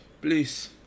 Please